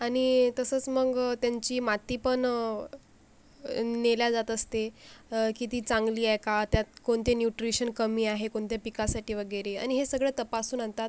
आणि तसंच मग त्यांची मातीपण नेल्या जात असते की ती चांगली आहे का त्यात कोणते न्युट्रीशन कमी आहे कोणत्या पिकासाठी वगैरे आणि हे सगळं तपासून आणतात